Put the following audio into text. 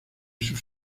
sus